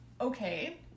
okay